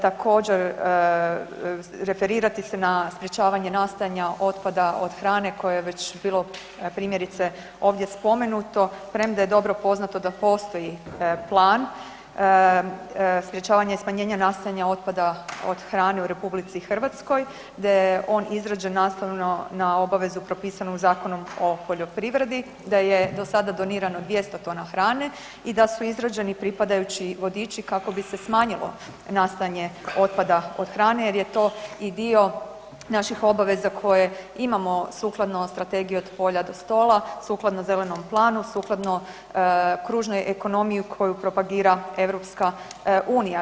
Također referirati se na sprječavanje nastajanja otpada od hrane koje je već bilo primjerice ovdje spomenuto premda je dobro poznato da postoji plan sprječavanja i smanjenja nastajanja otpada od hrane u RH, da je on izrađen nastavno na obavezu propisanu Zakonom o poljoprivredi, da je do sada donirano 200 tona hrane i da su izrađeni pripadajući vodiči kako bi se smanjilo nastajanje otpada od hrane jer je to i dio naših obaveza koje imamo sukladno strategiji „od polja do stola“, sukladno zelenom planu, sukladno kružnoj ekonomiji koju propagira EU-a.